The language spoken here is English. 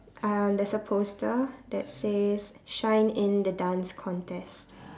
uh there's a poster that says shine in the dance contest